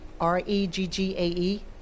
r-e-g-g-a-e